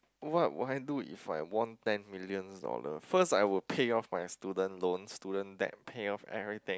what would I do if I won ten million dollars first I would pay off my student loans student debt pay off everything